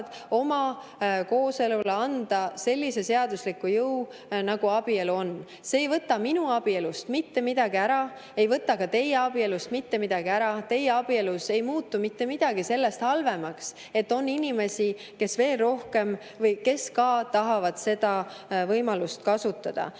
oma kooselule anda sellise seadusliku jõu, nagu on abielul. See ei võta minu abielust mitte midagi ära, ei võta ka teie abielust mitte midagi ära. Teie abielus ei muutu mitte midagi sellest halvemaks, et on inimesi, kes samuti tahavad seda võimalust kasutada.